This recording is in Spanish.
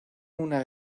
una